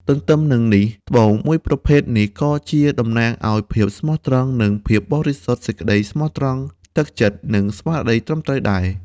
ទន្ទឹមនឹងនេះត្បូងមួយប្រភេទនេះក៏ជាតំណាងឱ្យភាពស្មោះត្រង់ និងភាពបរិសុទ្ធសេចក្ដីស្មោះត្រង់ ទឹកចិត្ត និងស្មារតីត្រឹមត្រូវដែរ។